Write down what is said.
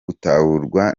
gutahurwa